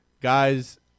guys